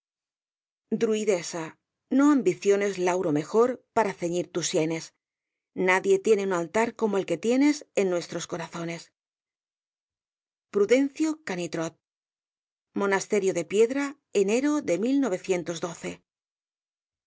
gallega druidesa no ambiciones lauro mejor para ceñir tus sienes nadie tiene un altar como el que tienes en nuestros corazones prudencio canitrot monasterio d e piedra enero obras completas de rqsalía